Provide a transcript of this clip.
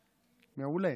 מעולה.